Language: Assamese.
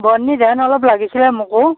বৰ্নী ধান অলপ লাগিছিলে মোকো